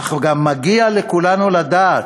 אך גם מגיע לכולנו לדעת,